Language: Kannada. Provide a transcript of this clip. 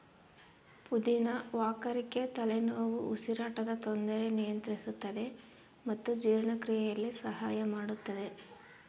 ಪುದಿನ ವಾಕರಿಕೆ ತಲೆನೋವು ಉಸಿರಾಟದ ತೊಂದರೆ ನಿಯಂತ್ರಿಸುತ್ತದೆ ಮತ್ತು ಜೀರ್ಣಕ್ರಿಯೆಯಲ್ಲಿ ಸಹಾಯ ಮಾಡುತ್ತದೆ